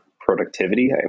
productivity